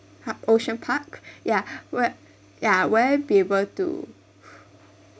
park ocean park ya will ya will I be able to